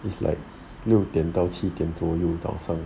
is like 六点到七点左右早上